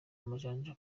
amajanja